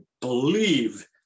believe